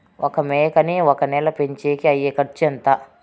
ఒక మేకని ఒక నెల పెంచేకి అయ్యే ఖర్చు ఎంత?